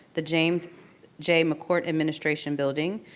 the james j. mccourt administration building,